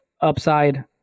upside